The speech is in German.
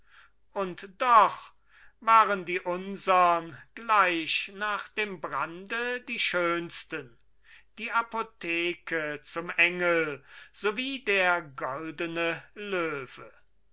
und doch waren die unsern gleich nach dem brande die schönsten die apotheke zum engel sowie der goldene löwe